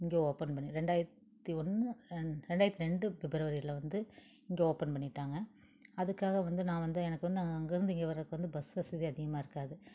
இங்கே ஓபன் பண்ணி ரெண்டாயிரத்து ஒன்று ரெண் ரெண்டாயிரத்து ரெண்டு பிப்ரவரியில வந்து இங்கே ஓபன் பண்ணிவிட்டாங்க அதற்காக வந்து நான் வந்து எனக்கு வந்து அங்கேருந்து இங்கே வரக்கு வந்து பஸ் வசதி அதிகமாக இருக்காது